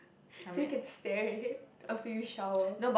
so you can stare at it after you shower